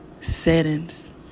settings